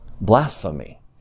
Blasphemy